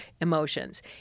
emotions